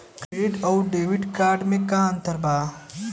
Credit अउरो debit card मे का अन्तर बा?